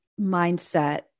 mindset